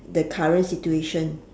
the current situation